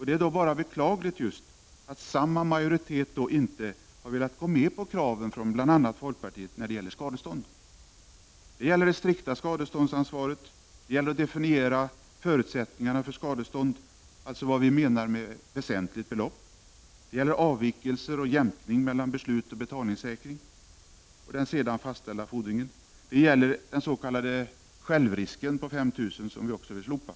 Det är då beklagligt att samma majoritet inte har velat gå med på de krav som bl.a. vi i folkpartiet ställer när det gäller skadestånd. Det gäller det strikta skadeståndsansvaret. Det gäller att definiera förutsättningarna för skadestånd, alltså vad vi menar med väsentligt belopp. Det gäller avvikelser och jämkning mellan beslut om betalningssäkring och den därefter fastställda fordringen. Det gäller den s.k. självrisken på 5 000 kr., som vi också vill slopa.